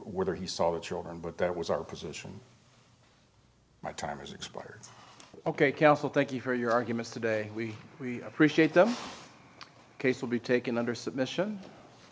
whether he saw the children but that was our position my time has expired ok counsel thank you for your arguments today we we appreciate them case will be taken under submission